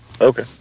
Okay